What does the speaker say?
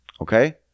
Okay